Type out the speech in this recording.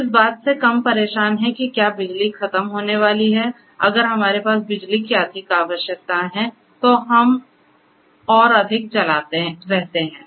हम इस बात से कम परेशान हैं कि क्या बिजली खत्म होने वाली है अगर हमारे पास बिजली की अधिक आवश्यकताएं हैं तो हम और अधिक चलाते रहते हैं